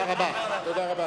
תודה רבה.